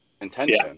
intention